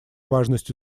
важность